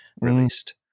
released